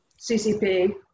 CCP